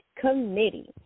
committee